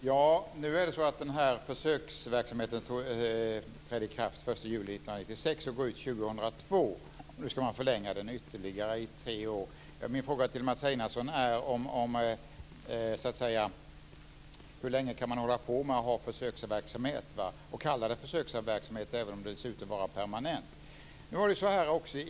Fru talman! Den här försöksverksamheten trädde i kraft den 1 juli 1996 och går ut 2002. Nu ska man förlänga den ytterligare tre år. Min fråga till Mats Einarsson är: Hur länge kan man hålla på med försöksverksamhet, och kan man kalla den försöksverksamhet även om den ser ut att vara permanent?